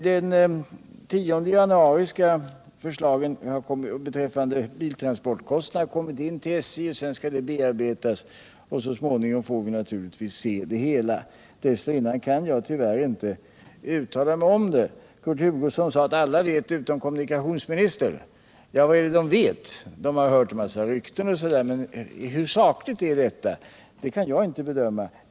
Den 10 januari skall förslagen beträffande biltransportkostnaderna ha kommit in till SJ. Dessa skall sedan bearbetas, och så småningom får vi naturligtvis en sammanställning. Dessförinnan kan jag tyvärr inte uttala mig. Kurt Hugosson sade att alla utom kommunikationsministern känner till detta. Ja, vad är det man vet? Man har hört en massa rykten, men hur sakliga dessa är kan jag inte bedöma.